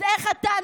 אז איך אתה,